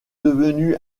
devenu